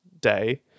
day